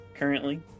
Currently